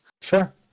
Sure